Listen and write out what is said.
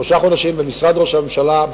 שלושה חודשים כינסתי במשרד ראש הממשלה,